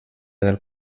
del